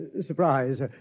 surprise